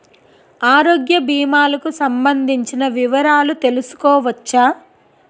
ఆరోగ్య భీమాలకి సంబందించిన వివరాలు తెలుసుకోవచ్చా?